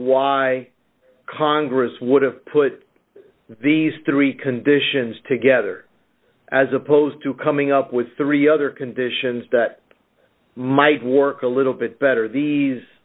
why congress would have put these three conditions together as opposed to coming up with the really other conditions that might work a little bit better these